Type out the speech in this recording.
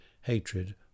hatred